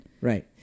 Right